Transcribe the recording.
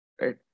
right